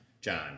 John